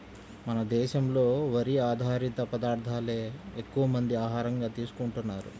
మన దేశంలో వరి ఆధారిత పదార్దాలే ఎక్కువమంది ఆహారంగా తీసుకుంటన్నారు